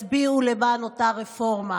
שיצביעו למען אותה רפורמה.